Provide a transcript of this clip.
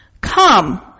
Come